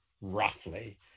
roughly